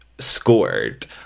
scored